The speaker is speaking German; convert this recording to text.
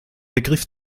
begriff